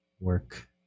work